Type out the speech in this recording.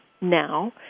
now